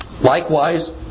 Likewise